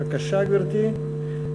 בבקשה, גברתי,